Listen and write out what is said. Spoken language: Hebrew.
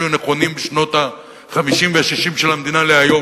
שהיו נכונים בשנות ה-50 וה-60 של המדינה להיום.